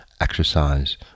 exercise